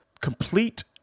complete